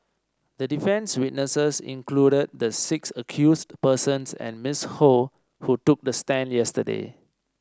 the defence's witnesses included the six accused persons and Ms Ho who took the stand yesterday